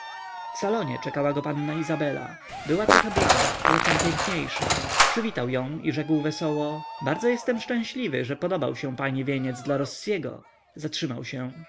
w salonie czekała go panna izabela była trochę blada ale tem piękniejsza przywitał ją i rzekł wesoło bardzo jestem szczęśliwy że podobał się pani wieniec dla rossiego zatrzymał się